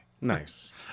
Nice